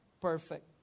perfect